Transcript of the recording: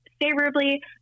favorably